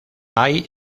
hay